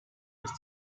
ist